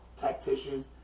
tactician